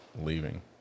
leaving